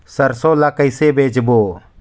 सरसो ला कइसे बेचबो?